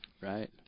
Right